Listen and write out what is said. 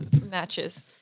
matches